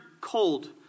cold